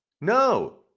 No